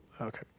Okay